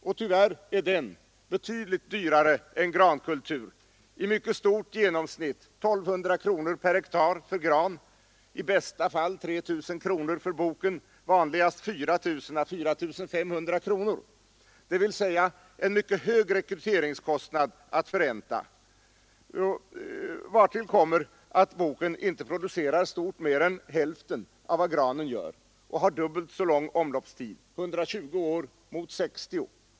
Och tyvärr är sådan plantering betydligt dyrare än grankultur — i mycket ungefärligt genomsnitt 1 200 kronor per hektar för gran, i bästa fall 3 000 kronor för boken, vanligast 4 000 å 4 500 kronor, dvs. en mycket hög rekryteringskostnad att förränta, vartill kommer att boken inte producerar stort mer än hälften av vad granen gör och har dubbelt så lång omloppstid, 120 år mot 60.